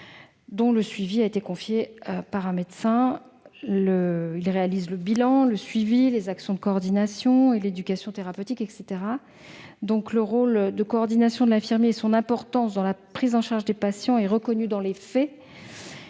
dont le suivi leur a été confié par un médecin. Ils réalisent le bilan, le suivi, les actions de coordination, l'éducation thérapeutique, etc. Le rôle de coordination de l'infirmier et son importance dans la prise en charge des patients sont reconnus dans les faits.